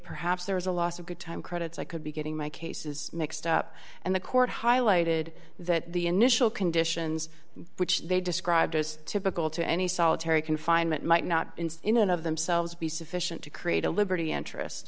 perhaps there is a loss of good time credits i could be getting my cases mixed up and the court highlighted that the initial conditions which they described as typical to any solitary confinement might not in and of themselves be sufficient to create a liberty interest